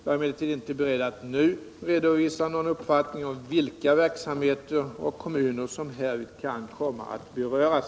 Jag är emellertid inte beredd att nu redovisa någon uppfattning om vilka verksamheter och kommuner som härvid kan komma att beröras.